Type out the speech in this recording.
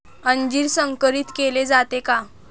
अंजीर संकरित केले जाते का?